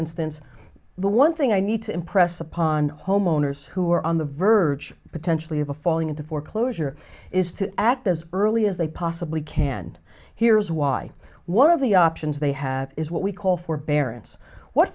instance the one thing i need to impress upon homeowners who are on the verge potentially of a falling into foreclosure is to act as early as they possibly can here's why one of the options they have is what we call forbearance what